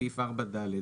סעיף 4(ד).